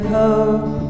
hope